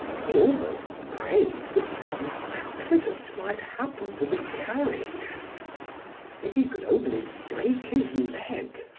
he almost prayed that some accident might happen to the carriage if he could only break his leg!